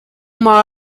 uma